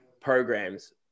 programs